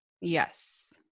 Yes